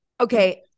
Okay